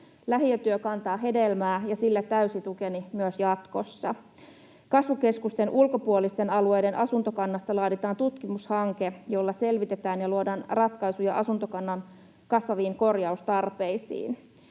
Lähiötyö kantaa hedelmää, ja sillä on täysi tukeni myös jatkossa. Kasvukeskusten ulkopuolisten alueiden asuntokannasta laaditaan tutkimushanke, jolla selvitetään ja luodaan ratkaisuja asuntokannan kasvaviin korjaustarpeisiin.